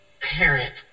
parent